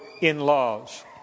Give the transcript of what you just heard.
in-laws